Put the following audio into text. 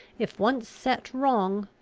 if once set wrong,